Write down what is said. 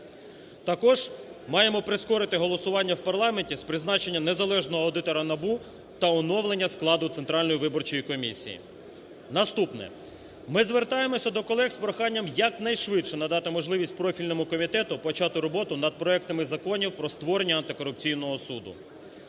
Також маємо прискорити голосування в парламенті з призначення незалежного аудитора НАБУ та оновлення складу Центральної виборчої комісії. Наступне. Ми звертаємося до колег з проханням якнайшвидше надати можливість профільному комітету почати роботу над проектами законів про створення антикорупційного суду.